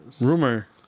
Rumor